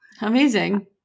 Amazing